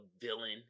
villain